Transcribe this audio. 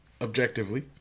objectively